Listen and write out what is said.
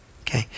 Okay